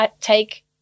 take